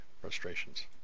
frustrations